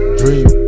dream